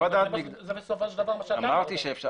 זה מה שאמרת.